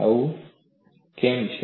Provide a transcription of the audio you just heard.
આવું કેમ છે